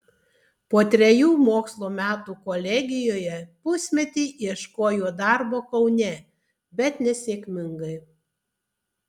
po trejų mokslo metų kolegijoje pusmetį ieškojo darbo kaune bet nesėkmingai